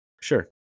sure